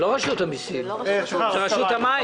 זה לא רשות המיסים, זה רשות המים.